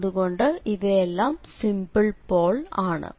അതുകൊണ്ട് ഇവയെല്ലാം simple pole ആണ്